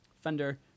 Fender